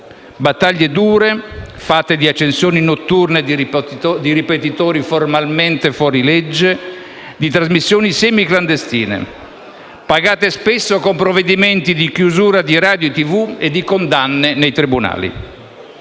battaglie dure, fatte di accensioni notturne di ripetitori formalmente fuori legge e di trasmissioni semiclandestine, pagate spesso con provvedimenti di chiusura di radio e TV e di condanne nei tribunali.